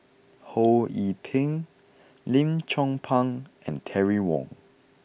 Ho Yee Ping Lim Chong Pang and Terry Wong